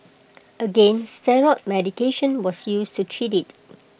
again steroid medication was used to treat IT